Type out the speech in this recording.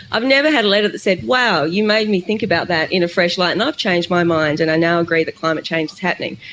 i've never had a letter that said, wow you made me think about that in a fresh light, and i've changed my mind and i now agree that climate change is happening'.